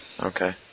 Okay